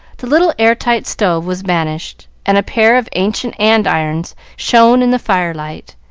the little air-tight stove was banished, and a pair of ancient andirons shone in the fire-light.